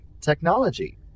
technology